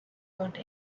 want